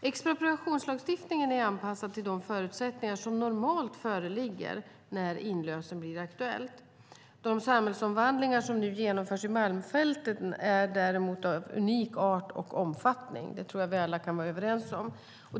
Expropriationslagstiftningen är anpassad till de förutsättningar som normalt föreligger när inlösen blir aktuellt. De samhällsomvandlingar som nu genomförs i Malmfälten är dock av en unik art och omfattning; det tror jag att vi alla kan vara överens om.